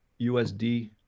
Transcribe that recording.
USD